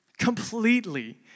completely